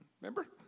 remember